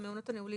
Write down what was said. במעונות הנעולים,